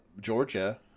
Georgia